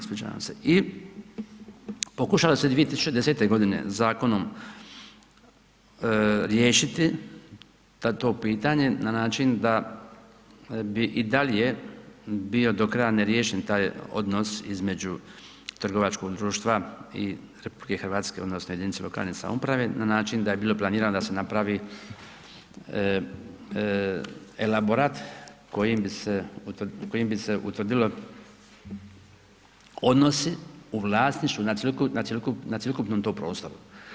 I pokušalo se 2010. g. zakonom riješiti to pitanje na način da bi i dalje bio do kraja neriješen taj odnos između trgovačkog društva i RH, odnosno jedinice lokalne samouprave na način da je bilo planirano da se napravi elaborat kojim bi se utvrdilo odnosi u vlasništvu na cjelokupnom tom prostoru.